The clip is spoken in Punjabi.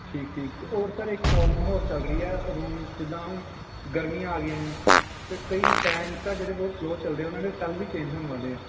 ਠੀਕ ਠੀਕ ਅਤੇ ਹੋਰ ਸਰ ਇੱਕ ਪ੍ਰੋਬਲਮ ਹੋਰ ਚੱਲ ਰਹੀ ਆ ਰੂਮ ਜਿੱਦਾਂ ਹੁਣ ਗਰਮੀਆਂ ਆ ਗਈਆਂ ਆ ਅਤੇ ਕਈ ਫੈਨਸ ਆ ਜਿਹੜੇ ਬਹੁਤ ਸਲੋਅ ਚਲਦੇ ਉਹਨਾਂ ਦੇ ਸੈੱਲ ਵੀ ਚੇਂਜ ਹੋਣ ਵਾਲੇ ਆ